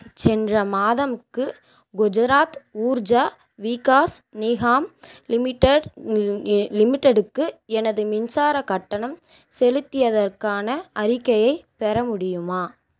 சென்ற மாதம்க்கு குஜராத் ஊர்ஜா விகாஸ் நிகாம் லிமிடெட் எ லிமிடெடுக்கு எனது மின்சாரக் கட்டணம் செலுத்தியதற்கான அறிக்கையைப் பெற முடியுமா